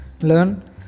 learn